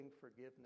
forgiveness